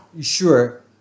Sure